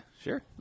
sure